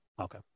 Okay